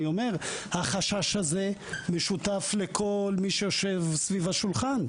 החשש הזה משותף לכל מי שיושב סביב השולחן,